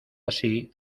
así